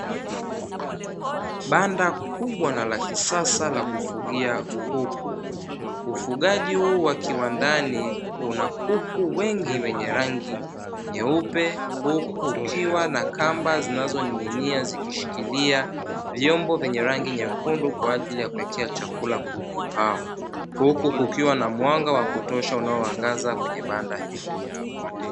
Banda kubwa na la kisasa la kufugia kuku, ufugaji huu wa kiwandani una kuku wengi wenye rangi nyeupe, huku ukiwa na kamba zinazoning'inia zikishikilia vyombo vyenye rangi nyekundu kwa ajili ya kuwekea chakula kuku hao, huku kukiwa na mwanga wa kutosha unaoangaza kwenye banda hilo.